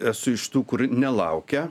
esu iš tų kur nelaukia